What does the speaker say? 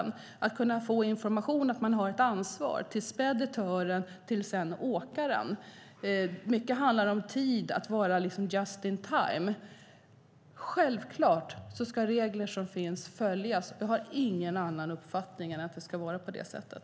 Det handlar också om att kunna få fram information om att man har ett ansvar till speditören och sedan till åkaren. Mycket handlar om tid och att vara just in time. De regler som finns ska självfallet följas. Jag har ingen annan uppfattning än att det ska vara på det sättet.